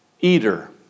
Eater